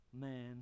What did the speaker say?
man